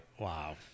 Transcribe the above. Wow